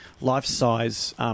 life-size